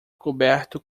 coberto